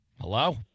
Hello